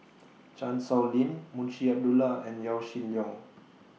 Chan Sow Lin Munshi Abdullah and Yaw Shin Leong